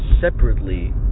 separately